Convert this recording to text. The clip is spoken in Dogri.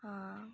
हां